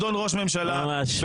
אדון ראש הממשלה ---" ממש,